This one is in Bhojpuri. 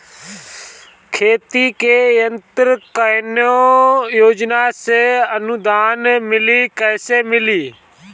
खेती के यंत्र कवने योजना से अनुदान मिली कैसे मिली?